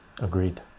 agreed